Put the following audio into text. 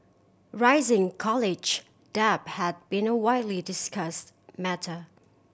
rising college debt has been a widely discussed matter